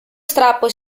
strappo